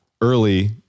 early